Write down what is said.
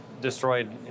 destroyed